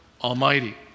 Almighty